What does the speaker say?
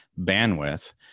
bandwidth